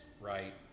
right